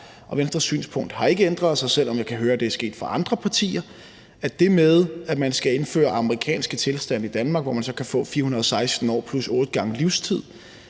Venstres synspunkt har ikke ændret sig, selv om jeg kan høre, at det er sket for andre partier. Det med at indføre amerikanske tilstande i Danmark, hvor folk så kan få 416 års fængsel plus otte gange livstid,